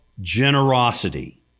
generosity